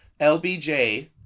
LBJ